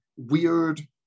Weird